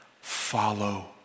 Follow